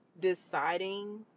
deciding